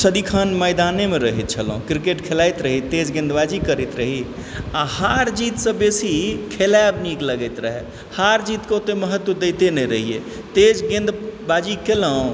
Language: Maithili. सदिखन मैदाने मे रहय छलहुँ क्रिकेट खेलाइत रही तेज गेंदबाजी करैत रही आ हार जीतसँ बेसी खेलायब नीक लगैत रहऽ हार जीतके ओतेए महत्व दैते नै रहियै तेज गेंदबाजी केलहुँ